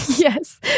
yes